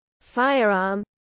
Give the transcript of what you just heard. firearm